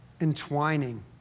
entwining